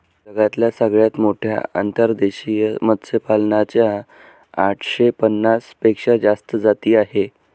जगातल्या सगळ्यात मोठ्या अंतर्देशीय मत्स्यपालना च्या आठशे पन्नास पेक्षा जास्त जाती आहे